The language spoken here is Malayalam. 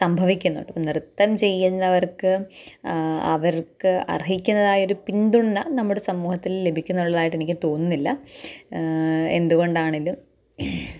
സംഭവിക്കുന്നുണ്ട് നൃത്തം ചെയ്യുന്നവര്ക്ക് അവര്ക്ക് അര്ഹിക്കുന്നതായൊരു പിന്തുണ നമ്മുടെ സമൂഹത്തില് ലഭിക്കുന്നുള്ളതായിട്ട് എനിക്ക് തോന്നുന്നില്ല എന്തുകൊണ്ടാണിത്